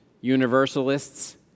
universalists